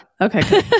okay